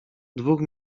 dwóch